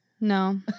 No